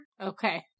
Okay